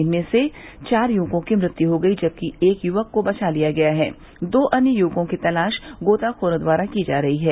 इनमें से चार युवकों की मृत्यु हो गई जबकि एक युवक को बचा लिया गया है दो अन्य युवकों की तलाश गोताखोरों द्वारा की जा रही है